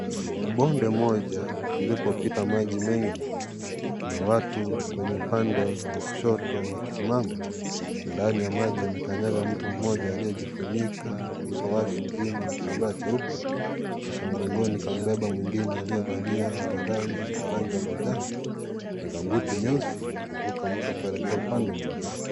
Blonde moja lililopopita maji mengi na watu kwenye upande wa kushoto wakisimama. Ndani ya maji amekanyaga mtu mmoja aliye jifunika uso wake mzima na kitamba cheupe, Kisha mgongoni kambeba mwingine aliyevalia ovarali ya rangi ya manjano na gambuti nyeusi akivuka mti kuelekea upande mwingine.